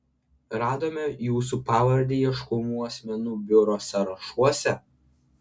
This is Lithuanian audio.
radome jūsų pavardę ieškomų asmenų biuro sąrašuose